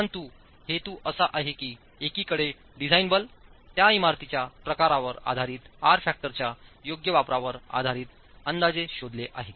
परंतु हेतू असा आहे की एकीकडे डिझाइन बल त्या इमारतीच्या प्रकारावर आधारित आर फॅक्टरच्या योग्य वापरावर आधारित अंदाजे शोधले आहेत